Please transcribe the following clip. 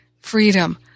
freedom